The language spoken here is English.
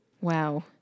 Wow